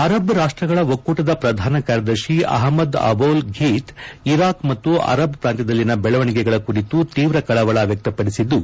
Arab ರಾಷ್ಷಗಳ ಒಕ್ಕೂಟದ ಪ್ರಧಾನ ಕಾರ್ಯದರ್ಶಿ ಅಹ್ವದ್ ಅಬೌಲ್ ಫೀತ್ ಇರಾಕ್ ಮತ್ತು ಅರಬ್ ಪ್ರಾಂತ್ಯದಲ್ಲಿನ ದೆಳವಣಿಗೆಗಳ ಕುರಿತು ತೀವ್ರ ಕಳವಳ ವ್ಯಕ್ತಪಡಿಬದ್ದು